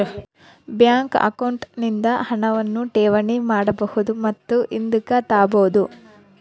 bank account ನಿಂದ ಹಣವನ್ನು ಠೇವಣಿ ಮಾಡಬಹುದು ಮತ್ತು ಹಿಂದುಕ್ ತಾಬೋದು